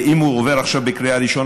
אם הוא עובר עכשיו בקריאה ראשונה,